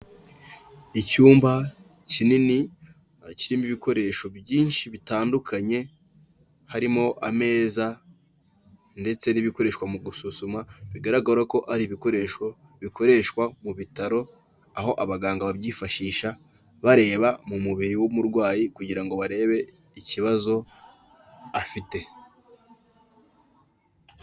Icyumba kinini, kirimo ibikoresho byinshi bitandukanye, harimo ameza ndetse n'ibikoreshwa mu gusuzuma, bigaragara ko ari ibikoresho bikoreshwa mu bitaro, aho abaganga babyifashisha bareba mu mubiri w'umurwayi kugira ngo barebe ikibazo afite.